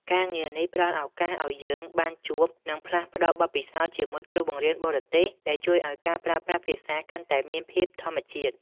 ការងារនេះផ្តល់ឱកាសឱ្យយើងបានជួប និងផ្លាស់ប្តូរបទពិសោធន៍ជាមួយគ្រូបង្រៀនបរទេស ដែលជួយឱ្យការប្រើប្រាស់ភាសាកាន់តែមានភាពធម្មជាតិ។